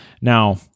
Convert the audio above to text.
Now